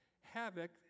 havoc